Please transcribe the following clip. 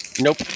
Nope